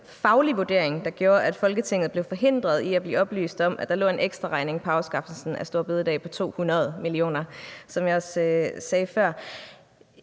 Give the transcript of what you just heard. faglig vurdering, der gjorde, at Folketinget blev forhindret i at blive oplyst om, at der lå en ekstraregning på 200 mio. kr. på afskaffelsen af store bededag, som jeg også sagde før.